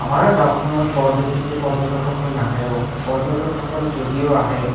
আমাৰ গাঁওখনত বৰ বেছিকে পৰ্যটক সকল নাহেও পৰ্যটক সকল যদিও আহে